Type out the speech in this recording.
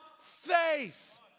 faith